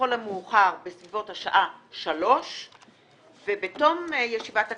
לכל המאוחר בסביבות השעה 15:00. ובתום ישיבת הכנסת,